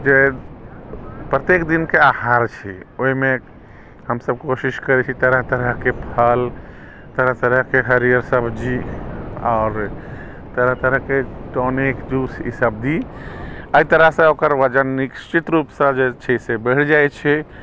फेर प्रत्येक दिनके आहार छै ओहिमे हमसभ कोशिश करै छी तरह तरहके फल तरह तरहके हरियर सब्जी आओर तरह तरहके टॉनिक जूस ईसभ दी एहितरहसँ ओकर वजन निश्चित रूपसँ जे छै से बढ़ि जाइ छै